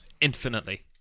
Infinitely